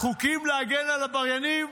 חוקים להגן על עבריינים?